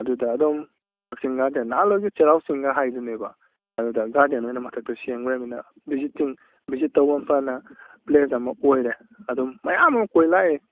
ꯑꯗꯨꯗ ꯑꯗꯨꯝ ꯀꯛꯆꯤꯡ ꯒꯥꯔꯗꯦꯟ ꯅꯍꯥꯟ ꯋꯥꯏꯒꯤ ꯆꯩꯔꯥꯎ ꯆꯤꯡꯒ ꯍꯥꯏꯗꯨꯅꯦꯕ ꯑꯗꯨꯗ ꯒꯥꯔꯗꯦꯟ ꯑꯣꯏꯅ ꯃꯊꯛꯇ ꯁꯦꯝꯈ꯭ꯔꯃꯤꯅ ꯕꯤꯖꯤꯇꯤꯡ ꯕꯤꯖꯤꯠ ꯇꯧꯕ ꯄ꯭ꯂꯦꯁ ꯑꯃ ꯑꯣꯏꯔꯦ ꯑꯗꯨꯝ ꯃꯌꯥꯝ ꯑꯃ ꯀꯣꯏ ꯂꯥꯛꯑꯦ